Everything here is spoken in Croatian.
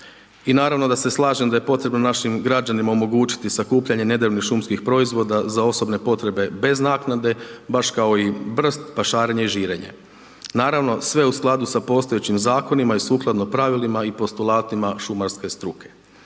I naravno da se slažem da je potrebno našim građanima omogućiti sakupljanje nedrvnih šumskih proizvoda za osobne potrebe bez naknade, baš kao i brst, pašarenje i žirenje. Naravno, sve u skladu sa postojećim zakonima i sukladno pravilima i postolatima šumarske struke.